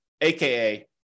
aka